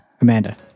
Amanda